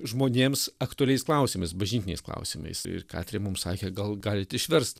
žmonėms aktualiais klausimais bažnytiniais klausimais ir katrė mums sakė gal galit išverst